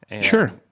Sure